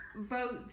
vote